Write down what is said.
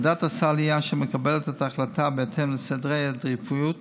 ועדת הסל היא אשר מקבלת את ההחלטה בהתאם לסדרי העדיפויות